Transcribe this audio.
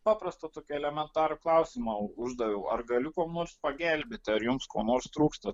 paprastą tokį elementarų klausimą uždaviau ar galiu kuom nors pagelbėti ar jums ko nors trūksta